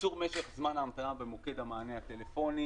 קיצור משך זמן ההמתנה במוקד המענה הטלפוני